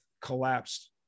collapsed